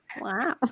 Wow